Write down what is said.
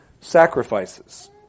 sacrifices